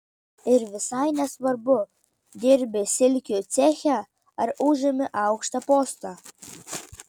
ir visai nesvarbu dirbi silkių ceche ar užimi aukštą postą